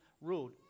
ruled